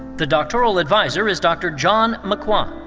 the doctoral adviser is dr. john mik-wan.